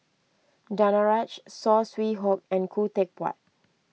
Danaraj Saw Swee Hock and Khoo Teck Puat